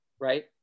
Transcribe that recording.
right